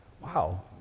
wow